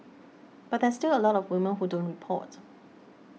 but there's still a lot of women who don't report